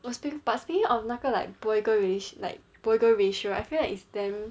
!wah! spe~ but speaking of 那个 like boy girl ra~ like boy girl ratio right I feel like it's damn